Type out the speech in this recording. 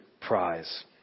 prize